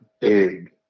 Big